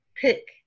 pick